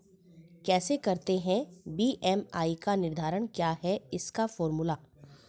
कैसे करते हैं बी.एम.आई का निर्धारण क्या है इसका फॉर्मूला?